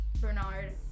Bernard